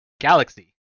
galaxy